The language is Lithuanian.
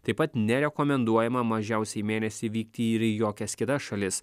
taip pat nerekomenduojama mažiausiai mėnesį vykti ir į jokias kitas šalis